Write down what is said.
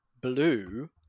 blue